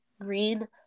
Green